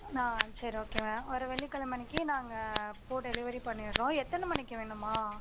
நான் சரி ஓகேம்மா வர வெள்ளிக்கிழம அன்னைக்கு நாங்கள் பூ டெலிவரி பண்ணிடுறோம் எத்தனை மணிக்கு வேணும்மா